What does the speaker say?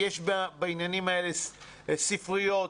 יש בעניינים האלה ספריות,